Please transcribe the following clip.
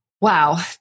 wow